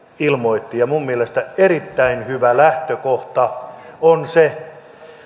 ilmoitti minun mielestäni erittäin hyvä lähtökohta on se